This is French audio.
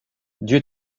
dieu